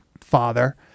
father